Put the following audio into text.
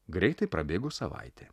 greitai prabėgo savaitė